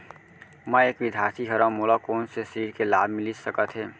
मैं एक विद्यार्थी हरव, मोला कोन से ऋण के लाभ मिलिस सकत हे?